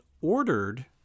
ordered